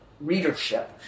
readership